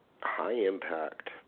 high-impact